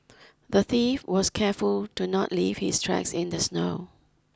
the thief was careful to not leave his tracks in the snow